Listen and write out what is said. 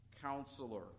counselor